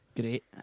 Great